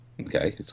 okay